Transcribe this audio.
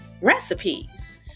recipes